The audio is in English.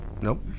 Nope